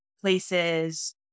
places